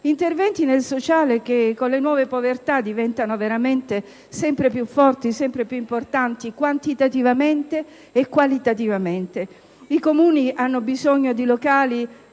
interventi nel sociale, che con le nuove povertà diventano sempre più forti e importanti, quantitativamente e qualitativamente. I Comuni hanno bisogno di locali